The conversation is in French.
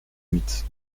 huit